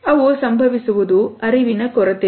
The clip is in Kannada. ಅವು ಸಂಭವಿಸುವುದು ಅರಿವಿನ ಕೊರತೆಯಿಂದ